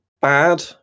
bad